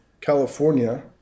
California